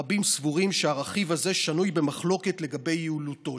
רבים סבורים שהרכיב הזה שנוי במחלוקת מבחינת יעילותו.